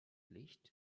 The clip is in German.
licht